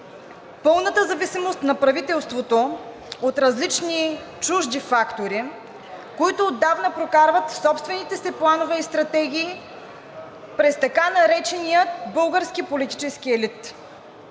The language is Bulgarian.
пълната зависимост на правителството от различни чужди фактори, които отдавна прокарват собствените си планове и стратегии през така наречения български политически елит.